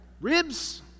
ribs